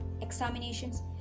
examinations